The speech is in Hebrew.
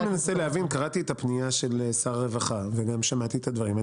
קראתי את הפנייה של שר הרווחה ושמעתי את הדברים.